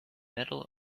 metal